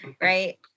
right